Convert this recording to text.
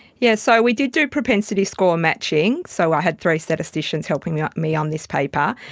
yes, so we did do propensity score matching, so i had three statisticians helping me on me on this paper.